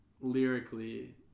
lyrically